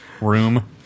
Room